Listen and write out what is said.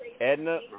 Edna